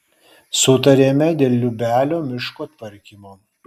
sutarėme dėl liubelio miško tvarkymo